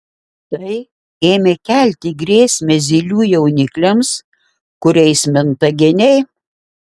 tai ėmė kelti grėsmę zylių jaunikliams kuriais minta geniai